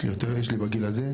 יש לי ילדים בגיל הזה,